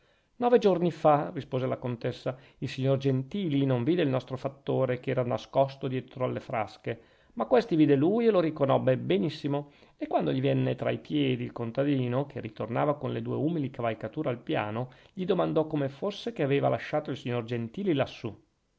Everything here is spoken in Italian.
nove giorni fa rispose la contessa il signor gentili non vide il nostro fattore che era nascosto dietro alle frasche ma questi vide lui e lo riconobbe benissimo e quando gli venne tra i piedi il contadino che ritornava con le due umili cavalcature al piano gli domandò come fosse che aveva lasciato il signor gentili lassù